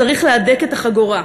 צריך להדק את החגורה.